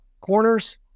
Corners